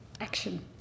action